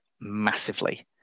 massively